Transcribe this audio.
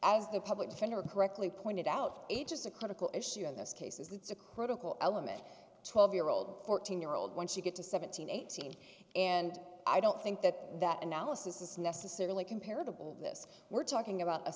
the public defender correctly pointed out age is a critical issue in this case as it's a critical element twelve year old fourteen year old when she get to seventeen eighteen and i don't think that that analysis is necessarily comparable this we're talking about a